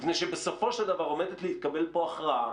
מפני שבסופו של דבר עומדת להתקבל פה הכרעה,